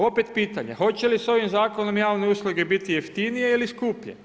Opet pitanje hoće li sa ovim zakonom javne usluge biti jeftinije ili skuplje?